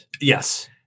Yes